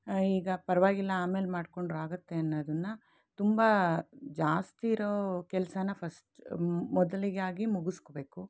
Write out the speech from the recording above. ಈಗ ಪರವಾಗಿಲ್ಲ ಆಮೇಲೆ ಮಾಡಿಕೊಂಡ್ರಾಗತ್ತೆ ಅನ್ನೋದನ್ನು ತುಂಬ ಜಾಸ್ತಿ ಇರೋ ಕೆಲಸನ ಫಸ್ಟ್ ಮೊದಲಿಗೆ ಆಗಿ ಮುಗಿಸ್ಕೊಬೇಕು